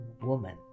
woman